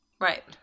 right